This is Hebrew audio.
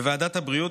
בוועדת הבריאות,